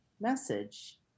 message